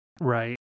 Right